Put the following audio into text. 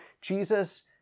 Jesus